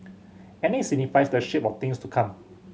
and it signifies the shape of things to come